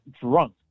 drunk